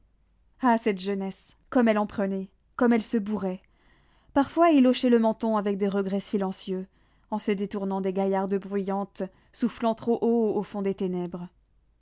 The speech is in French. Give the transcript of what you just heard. ah cette jeunesse comme elle en prenait comme elle se bourrait parfois il hochait le menton avec des regrets silencieux en se détournant des gaillardes bruyantes soufflant trop haut au fond des ténèbres